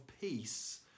peace